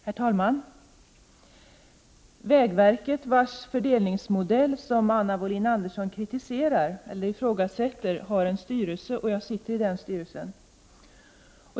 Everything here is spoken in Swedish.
Herr talman! Vägverket, vars fördelningsmodell Anna Wohlin-Andersson ifrågasätter, har en styrelse, och jag sitter i den styrelsen.